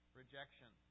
rejection